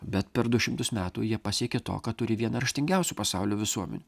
bet per du šimtus metų jie pasiekė to ką turi vieną raštingiausių pasaulio visuomenių